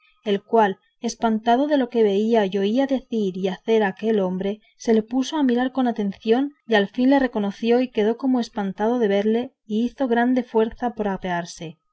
el cual espantado de lo que veía y oía decir y hacer aquel hombre se le puso a mirar con atención y al fin le conoció y quedó como espantado de verle y hizo grande fuerza por apearse